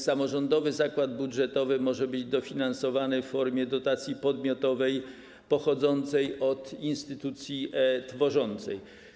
Samorządowy zakład budżetowy może być dofinansowany w formie dotacji podmiotowej pochodzącej od instytucji tworzącej.